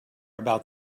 about